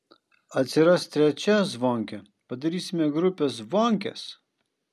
atsiras trečia zvonkė padarysime grupę zvonkės